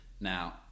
Now